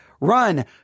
run